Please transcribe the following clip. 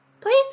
Please